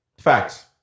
Facts